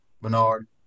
Bernard